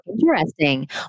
interesting